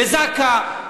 בזק"א,